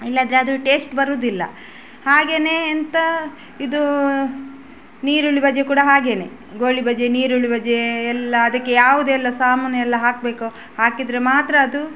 ಇಲ್ಲಂದ್ರೆ ಅದು ಟೇಸ್ಟ್ ಬರುವುದಿಲ್ಲ ಹಾಗೆಯೇ ಎಂತ ಇದು ಈರುಳ್ಳಿ ಬಜೆ ಕೂಡ ಹಾಗೆಯೇ ಗೋಳಿ ಬಜೆ ಈರುಳ್ಳಿ ಬಜೆ ಎಲ್ಲ ಅದಕ್ಕೆ ಯಾವುದೆಲ್ಲ ಸಾಮಾನು ಎಲ್ಲ ಹಾಕಬೇಕು ಹಾಕಿದರೆ ಮಾತ್ರ ಅದು